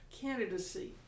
candidacy